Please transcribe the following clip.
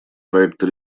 проекта